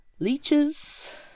Leeches